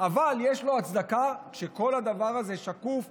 אבל יש לו הצדקה כשכל הדבר הזה שקוף,